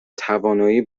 توانایی